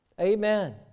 Amen